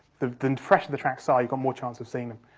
the the and fresher the tracks are, you've got more chance of seeing them.